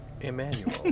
Emmanuel